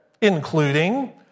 including